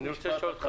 אני רוצה לשאול אותך.